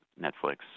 netflix